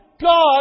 God